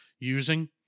using